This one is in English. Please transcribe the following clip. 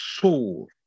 soul